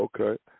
Okay